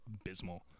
abysmal